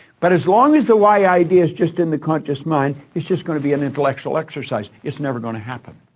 but as long as the y idea's just in the conscious mind, it's just going to be an intellectual exercise it's never going to happen.